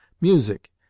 music